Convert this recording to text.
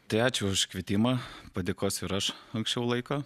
tai ačiū už kvietimą padėkosiu ir aš anksčiau laiko